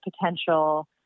potential